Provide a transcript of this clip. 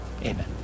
Amen